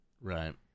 Right